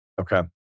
Okay